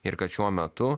ir kad šiuo metu